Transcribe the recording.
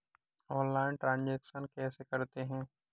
Online transaction कैसे करते हैं?